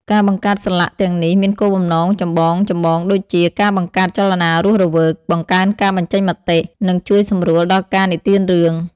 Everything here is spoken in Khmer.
ការបង្កើតសន្លាក់ទាំងនេះមានគោលបំណងចម្បងៗដូចជា ការបង្កើតចលនារស់រវើក បង្កើនការបញ្ចេញមតិ និងជួយសម្រួលដល់ការនិទានរឿង។